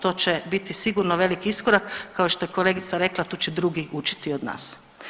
To će biti sigurno veliki iskorak, kao što je kolegica rekla tu će drugi učiti od nas.